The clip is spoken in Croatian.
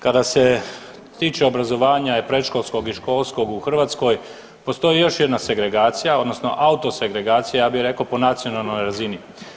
Kada se tiče obrazovanja i predškolskog i školskoj u Hrvatskoj postoji još jedna segregacija odnosno auto segregacija ja bi reko po nacionalnoj razini.